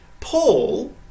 Paul